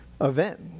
event